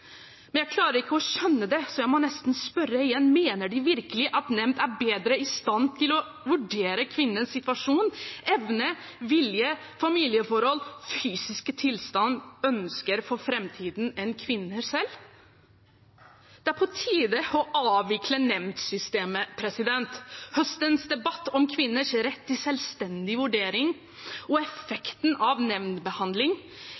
Men jeg klarer ikke å skjønne det, så jeg må nesten spørre igjen: Mener de virkelig at en nemnd er bedre i stand til å vurdere kvinnens situasjon – evne, vilje, familieforhold, fysisk tilstand, ønsker for framtiden – enn kvinner selv? Det er på tide å avvikle nemndsystemet. Høstens debatt om kvinners rett til selvstendig vurdering og